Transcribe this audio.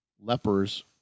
lepers